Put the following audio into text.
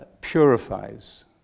purifies